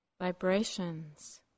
vibrations